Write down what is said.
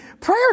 prayer